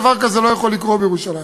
דבר כזה לא יכול לקרות בירושלים.